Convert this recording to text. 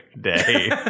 day